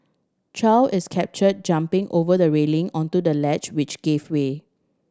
Chow is captured jumping over the railing onto the ledge which gave way